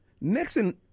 Nixon